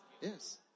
Yes